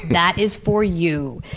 that is for you.